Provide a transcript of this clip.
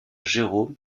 jérôme